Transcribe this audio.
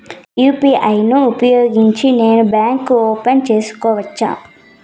UPI ను ఉపయోగించి నేను బ్యాంకు ఓపెన్ సేసుకోవచ్చా?